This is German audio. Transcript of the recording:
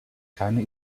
keine